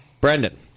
Brendan